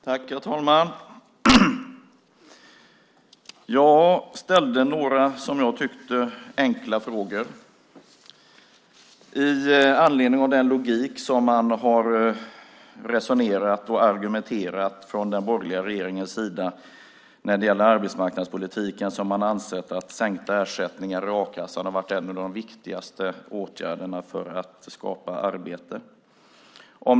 Herr talman! Jag ställde några, som jag tyckte, enkla frågor. Med den logik som man har resonerat och argumenterat med från den borgerliga regeringens sida när det gäller arbetsmarknadspolitiken har man ansett att sänkta ersättningar från a-kassan har varit en av de viktigaste åtgärderna för att skapa arbete.